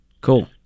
Cool